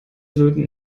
löten